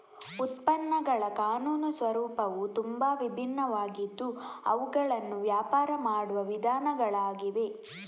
ಉತ್ಪನ್ನಗಳ ಕಾನೂನು ಸ್ವರೂಪವು ತುಂಬಾ ವಿಭಿನ್ನವಾಗಿದ್ದು ಅವುಗಳನ್ನು ವ್ಯಾಪಾರ ಮಾಡುವ ವಿಧಾನಗಳಾಗಿವೆ